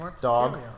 Dog